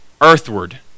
earthward